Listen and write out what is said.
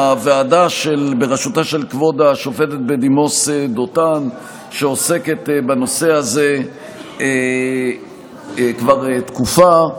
הוועדה בראשותה של כבוד השופטת בדימוס דותן עוסקת בנושא הזה כבר תקופה.